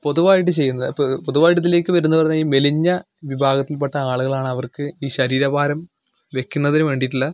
പൊതുവായിട്ട് ചെയ്യുന്നത് പ് പൊതുവായിട്ട് ഇതിലേക്ക് വരുന്നതെന്ന് പറഞ്ഞാൽ ഈ മെലിഞ്ഞ വിഭാഗത്തിൽപ്പെട്ട ആളുകളാണ് അവർക്ക് ഈ ശരീരഭാരം വയ്ക്കുന്നതിന് വേണ്ടിയിട്ടുള്ള